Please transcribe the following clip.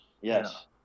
Yes